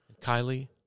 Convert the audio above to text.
Kylie